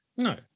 No